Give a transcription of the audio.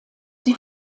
die